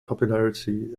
popularity